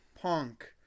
punk